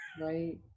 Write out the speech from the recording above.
right